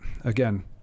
again